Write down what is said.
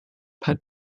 pet